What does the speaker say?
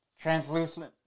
Translucent